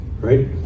Right